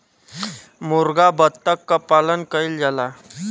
मुरगा बत्तख क पालन कइल जाला